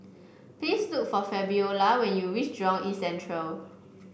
please look for Fabiola when you reach Jurong East Central